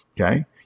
Okay